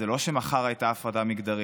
זה לא שמחר הייתה הפרדה מגדרית.